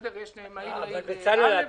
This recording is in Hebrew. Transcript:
בצלאל,